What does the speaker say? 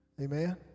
Amen